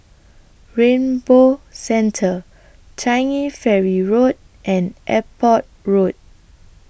Rainbow Centre Changi Ferry Road and Airport Road